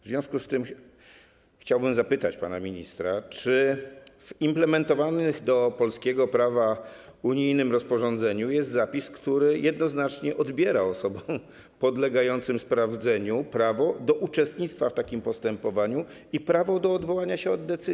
W związku z tym chciałbym zapytać pana ministra, czy w implementowanym do polskiego prawa unijnym rozporządzeniu jest zapis, który jednoznacznie odbiera osobom podlegającym sprawdzeniu prawo do uczestnictwa w takim postępowaniu i prawo do odwołania się od decyzji.